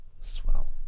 Swell